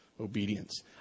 obedience